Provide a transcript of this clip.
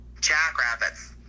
jackrabbits